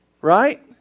right